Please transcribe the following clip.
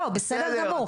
בסדר גמור,